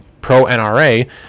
pro-NRA